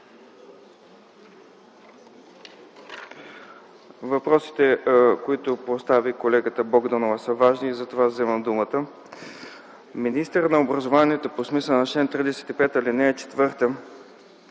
Въпросите, които постави колегата Богданова, са важни и затова вземам думата. Министърът на образованието по смисъла на чл. 35, ал. 4 има право